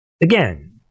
again